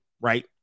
right